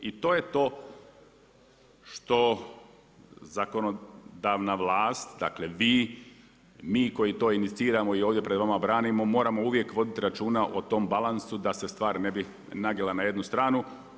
I to je to što zakonodavna vlast, dakle vi, mi koji to iniciramo i ovdje pred vama branimo moramo uvijek voditi računa o tom balansu da se stvar ne bi nagnula na jednu stranu.